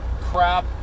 crap